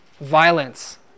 Violence